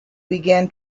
begin